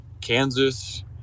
Kansas